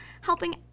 helping